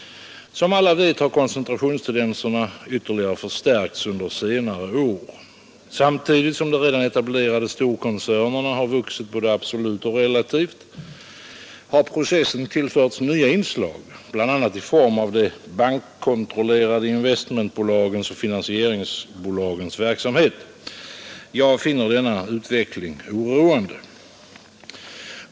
Som alla vet, har koncentrationstendenserna ytterligare förstärkts under senare år. Samtidigt som de redan etablerade storkoncernerna har vuxit både absolut och relativt, har processen tillförts nya inslag, bl.a. i form av de bankkontrollerade investmentsbolagens och finansieringsbolagen verksamhet. Jag finner denna utveckling oroande.